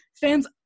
fans